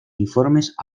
uniformes